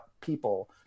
people